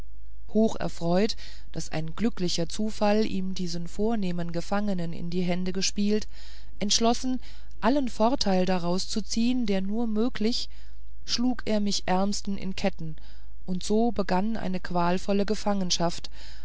hoch erfreut daß ein glücklicher zufall ihm diesen vornehmen gefangenen in die hände gespielt entschlossen allen vorteil daraus zu ziehen der nur möglich schlug er mich ärmsten in ketten und so begann eine qualvolle gefangenschaft